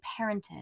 parented